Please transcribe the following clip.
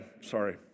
sorry